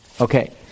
Okay